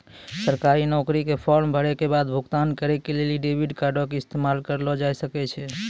सरकारी नौकरी के फार्म भरै के बाद भुगतान करै के लेली डेबिट कार्डो के इस्तेमाल करलो जाय सकै छै